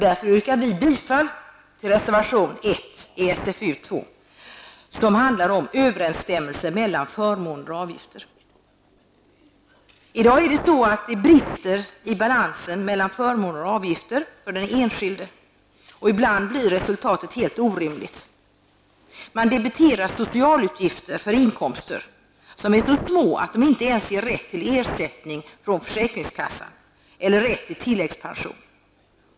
Därför yrkar vi bifall till reservation 1 i socialförsäkringsutskottets betänkande 2, som handlar om bättre överensstämmelse mellan förmåner och avgifter för egenföretagare. I dag brister det i balansen mellan förmåner och avgifter för den enskilde. Ibland blir resultatet helt orimligt. Man debiterar socialutgifter för inkomster som är så små att de inte ens ger rätt till ersättning från försäkringskassa eller rätt till tilläggspension.